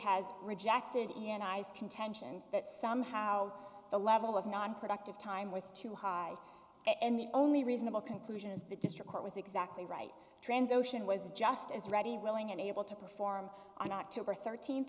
has rejected and i's contentions that somehow the level of nonproductive time was too high and the only reasonable conclusion is the district court was exactly right trans ocean was just as ready willing and able to perform on october thirteenth